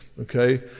okay